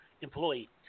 employee